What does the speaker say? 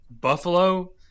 Buffalo